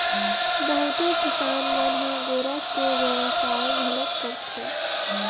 बहुते किसान मन ह गोरस के बेवसाय घलोक करथे